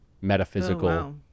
metaphysical